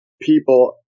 people